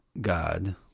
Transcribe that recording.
God